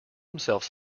himself